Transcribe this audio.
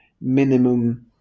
minimum